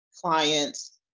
clients